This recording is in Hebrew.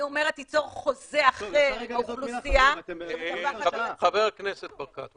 אני אומרת ליצור חוזה אחר --- חבר הכנסת ברקת,